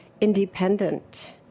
independent